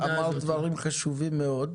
קרן, אמרת דברים חשובים מאוד,